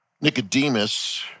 Nicodemus